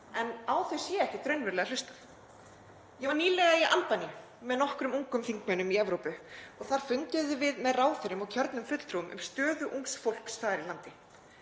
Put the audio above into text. og á þau sé ekkert raunverulega hlustað. Ég var nýlega í Albaníu með nokkrum ungum þingmönnum í Evrópu og þar funduðum við með ráðherrum og kjörnum fulltrúum um stöðu ungs fólks þar í landi.